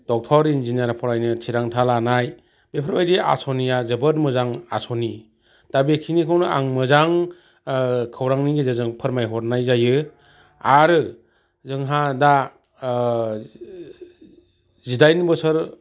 doctor engineer फरायनो थिरांथा लानाय बेफोरबायदि आसनिआ जोबोद मोजां आसनि दा बेखिनिखौनो आं मोजां खौरांनि गेजेरजों फोरमायहरनाय जायो आरो जोंहा दा जिदाइन बोसोर